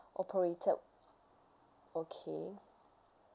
oh prorated okay